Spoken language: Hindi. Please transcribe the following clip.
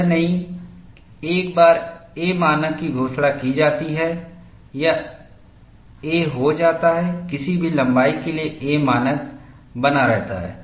यह नहीं है एक बार a मानक की घोषणा की जाती है यह a हो जाता है किसी भी लम्बाई के लिए a मानक बना रहता है